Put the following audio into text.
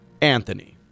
Anthony